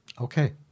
Okay